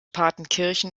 partenkirchen